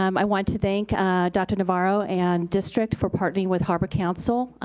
um i want to thank dr. navarro and district for partnering with harbor council.